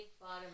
bottom